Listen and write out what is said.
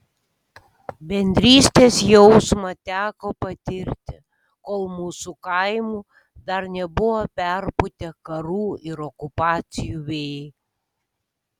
bendrystės jausmą teko patirti kol mūsų kaimų dar nebuvo perpūtę karų ir okupacijų vėjai